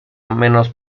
menos